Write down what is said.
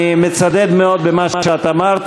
אני מצדד מאוד במה שאת אמרת.